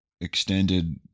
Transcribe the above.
extended